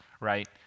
right